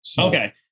Okay